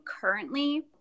currently